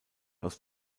aus